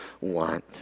want